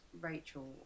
Rachel